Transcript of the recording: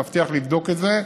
מבטיח לבדוק את זה,